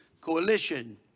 coalition